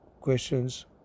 questions